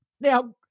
Now